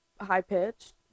high-pitched